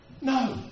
No